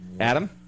Adam